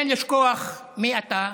אין לשכוח מי אתה,